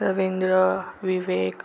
Ravindra Vivek